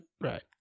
right